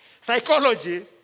psychology